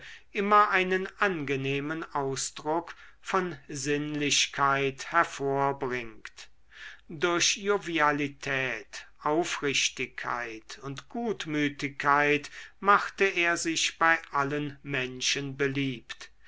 immer einen angenehmen ausdruck von sinnlichkeit hervorbringt durch jovialität aufrichtigkeit und gutmütigkeit machte er sich bei allen menschen beliebt